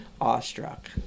awestruck